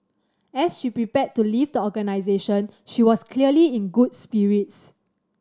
as she prepared to leave the organisation she was clearly in good spirits